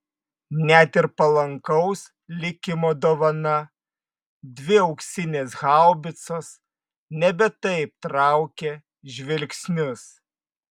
net ir palankaus likimo dovana dvi auksinės haubicos nebe taip traukė žvilgsnius